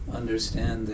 understand